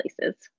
places